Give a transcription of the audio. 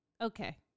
Okay